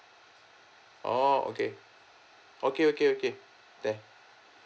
orh okay okay okay okay th~